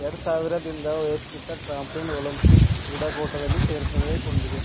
ಎರಡು ಸಾವಿರದಿಂದ ವೈಯಕ್ತಿಕ ಟ್ರಾಂಪೀನ್ ಒಲಿಂಪಿಕ್ ಕ್ರೀಡಾಕೂಟದಲ್ಲಿ ಸೇರ್ಪಡೆಗೊಂಡಿದೆ